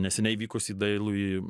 neseniai įvykusį dailųjį